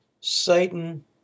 Satan